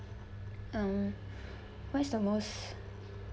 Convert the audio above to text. um what is the most